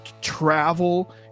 travel